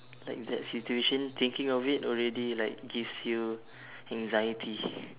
like that situation thinking of it already like gives you anxiety